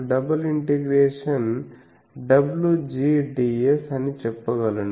gds అని చెప్పగలను